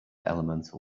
elemental